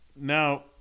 Now